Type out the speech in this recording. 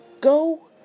go